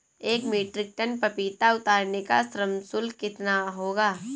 एक metric tonne पपीता उतारने का श्रम शुल्क कितना होगा?